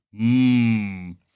Mmm